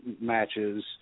matches